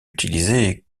utilisée